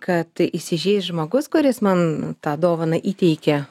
kad įsižeis žmogus kuris man tą dovaną įteikė